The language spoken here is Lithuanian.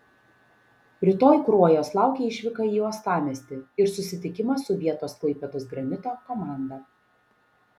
rytoj kruojos laukia išvyka į uostamiestį ir susitikimas su vietos klaipėdos granito komanda